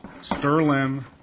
sterling